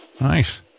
Nice